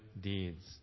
deeds